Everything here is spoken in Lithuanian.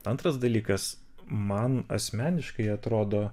antras dalykas man asmeniškai atrodo